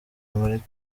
amerika